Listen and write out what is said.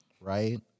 right